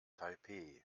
taipeh